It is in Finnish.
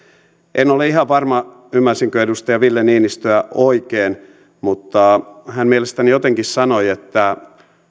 en ole ihan varma ymmärsinkö edustaja ville niinistöä oikein mutta hän mielestäni jotenkin sanoi että